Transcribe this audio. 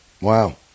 Wow